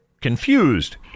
confused